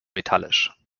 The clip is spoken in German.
metallisch